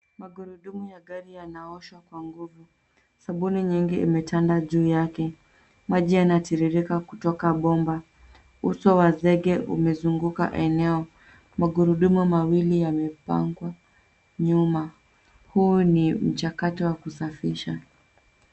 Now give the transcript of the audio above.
Magurudumu ya gari yanaoshwa kwa nguvu, sabuni nyingi, imetanda juu yake, maji yanatiririka kutoka bomba, uso wa zege umezunguka eneo, magurudumu mawili yamepangwa nyuma, huu ni mchakato wa kusafisha.